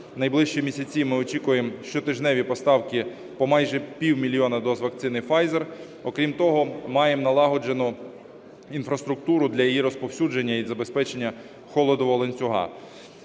найближчі місяці ми очікуємо щотижневі поставки по майже пів мільйонна доз вакцини Pfizer, окрім того маємо налагоджену інфраструктуру для її розповсюдження і забезпечення холодового ланцюга.